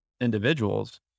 individuals